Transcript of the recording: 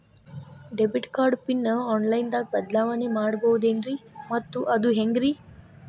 Debit card PIN online ದಾಗ ಬದಲಾವಣೆ ಮಾಡಬಹುದೇನ್ರಿ ಮತ್ತು ಅದು ಹೆಂಗ್ರಿ?